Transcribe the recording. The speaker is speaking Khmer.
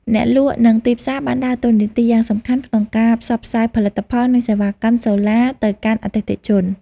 អ្នកលក់ និងទីផ្សារបានដើរតួនាទីយ៉ាងសំខាន់ក្នុងការ ផ្សព្វផ្សាយផលិតផល និងសេវាកម្ម សូឡាទៅកាន់អតិថិជន។